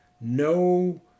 no